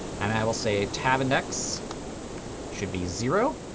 and i will say tab index should be zero.